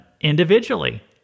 individually